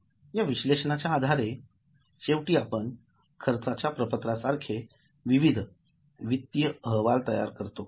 या विश्लेषणाच्या आधारे शेवटी आपण खर्चाच्या प्रपत्रा सारखे विविध वित्तीय अहवाल तयार करतो